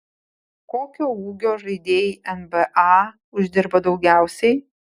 kokio ūgio žaidėjai nba uždirba daugiausiai